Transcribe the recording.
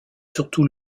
surtout